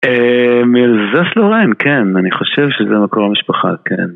אה, מאלזס-לוריין, כן, אני חושב שזה מקור המשפחה, כן.